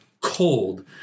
cold